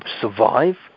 survive